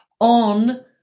on